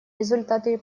результате